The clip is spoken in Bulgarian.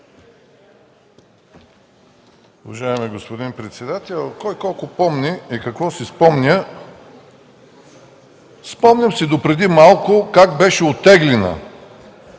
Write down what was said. Уважаеми господин председател, за това кой-колко помни и какво си спомня. Спомням си допреди малко как беше оттеглено